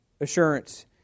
assurance